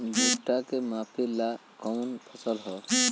भूट्टा के मापे ला कवन फसल ह?